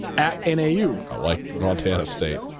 at an ah eu alike montana state